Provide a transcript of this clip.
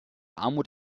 armut